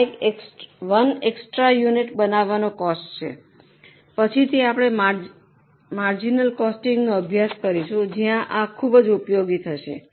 આ એક extra unit બનાવવાનો કોસ્ટ છે પછીથી આપણે માર્જિનલ કોસ્ટીન્ગ નો અભ્યાસ કરીશું જ્યાં આ ખૂબ ઉપયોગી થશે